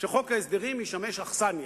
שחוק ההסדרים ישמש אכסניה,